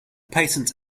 patent